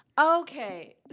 Okay